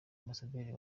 ambasaderi